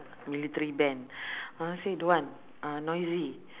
military band mum said don't want uh noisy